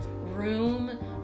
room